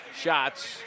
shots